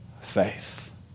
faith